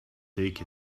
take